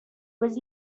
was